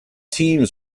team